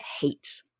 hate